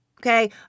Okay